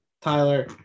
Tyler